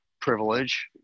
privilege